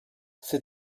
c’est